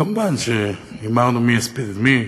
כמובן הימרנו מי יספיד את מי,